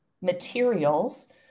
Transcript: materials